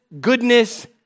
goodness